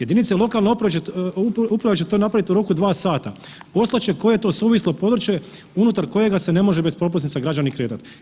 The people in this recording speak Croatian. Jedinice lokalne uprave će to napraviti u roku dva sata, poslat će koje je to suvislo područje unutar kojega se ne može bez propusnice građani kretat.